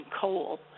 coal